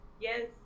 Yes